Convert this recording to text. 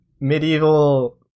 medieval